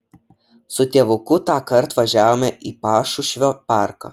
su tėvuku tąkart važiavome į pašušvio parką